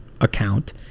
account